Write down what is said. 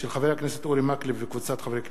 מאת חבר הכנסת אורי מקלב וקבוצת חברי הכנסת.